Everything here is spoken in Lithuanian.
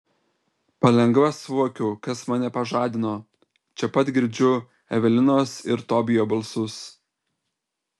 palengva suvokiu kas mane pažadino čia pat girdžiu evelinos ir tobijo balsus